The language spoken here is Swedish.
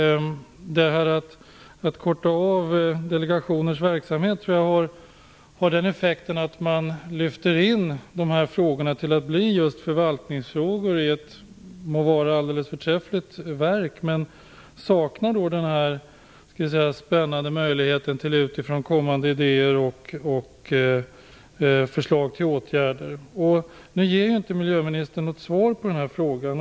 Att avbryta delegationers verksamhet har den effekten att frågorna blir just förvaltningsfrågor i må vara ett alldeles förträffligt verk, men man förlorar då den spännande möjligheten att få idéer och förslag till åtgärder utifrån. Miljöministern ger inget svar på den frågan.